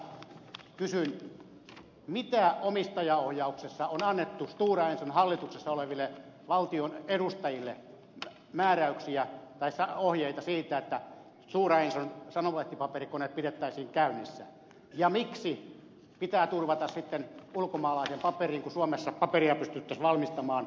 mitä määräyksiä tai ohjeita omistajaohjauksessa on annettu stora enson hallituksessa oleville valtion edustajille siitä että stora enson sanomalehtipaperikone pidettäisiin käynnissä ja miksi pitää turvata sitten ulkomaalaiseen paperiin kun suomessa paperia pystyttäisiin valmistamaan varmasti